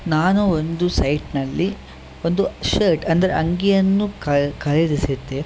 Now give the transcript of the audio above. ನಾನು ಒಂದು ಸೈಟ್ನಲ್ಲಿ ಒಂದು ಶರ್ಟ್ ಅಂದರೆ ಅಂಗಿಯನ್ನು ಖರೀದಿಸಿದ್ದೆ